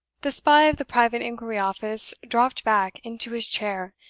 the spy of the private inquiry office dropped back into his chair,